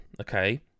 okay